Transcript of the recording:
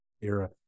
era